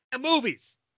movies